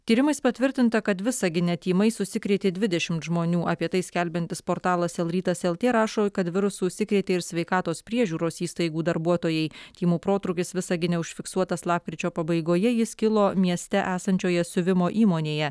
tyrimais patvirtinta kad visagine tymais užsikrėtė dvidešimt žmonių apie tai skelbiantis portalas lrytas lt rašo kad virusu užsikrėtė ir sveikatos priežiūros įstaigų darbuotojai tymų protrūkis visagine užfiksuotas lapkričio pabaigoje jis kilo mieste esančioje siuvimo įmonėje